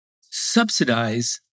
subsidize